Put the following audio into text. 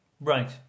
Right